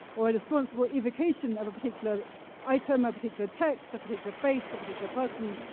or a responsible evocation of a particular item, a particular text a particular face, a particular person?